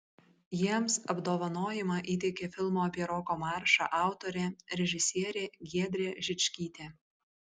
jiems apdovanojimą įteikė filmo apie roko maršą autorė režisierė giedrė žičkytė